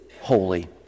holy